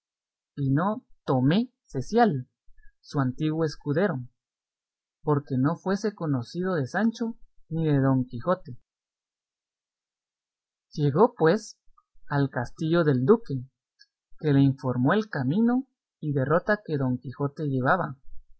y no tomé cecial su antiguo escudero porque no fuese conocido de sancho ni de don quijote llegó pues al castillo del duque que le informó el camino y derrota que don quijote llevaba